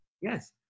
Yes